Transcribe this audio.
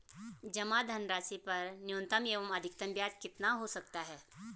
जमा धनराशि पर न्यूनतम एवं अधिकतम ब्याज कितना हो सकता है?